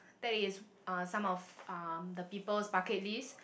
that is uh some of um the people's bucket list